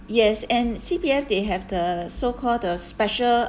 yes and C_P_F they have the so-called the special